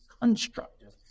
constructive